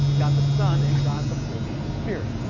god the son, and god the holy spirt.